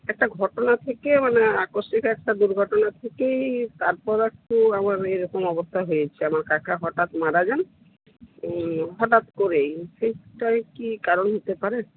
একটা ঘটনা থেকে মানে আকস্মিক একটা দুর্ঘটনা থেকেই তারপর একটু আমার এরকম অবস্থা হয়েছে আমার কাকা হঠাৎ মারা যান হঠাৎ করেই সেটাই কি কারণ হতে পারে